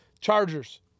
Chargers